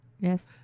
yes